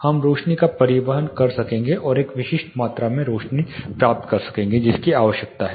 हम रोशनी का परिवहन कर सकेंगे और एक विशिष्ट मात्रा में रोशनी प्राप्त कर सकेंगे जिसकी आवश्यकता है